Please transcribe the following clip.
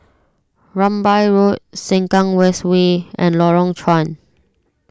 Rambai Road Sengkang West Way and Lorong Chuan